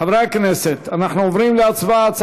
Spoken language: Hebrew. חברי הכנסת, אנחנו עוברים להצבעה.